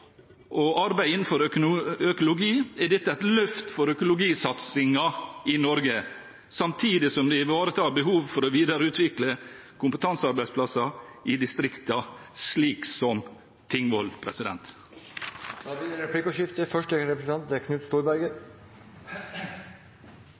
og arbeid innenfor økologi er dette et løft for økologisatsingen i Norge, samtidig som det ivaretar behovet for å videreutvikle kompetansearbeidsplasser i distriktene – slik som på Tingvoll. Det blir replikkordskifte.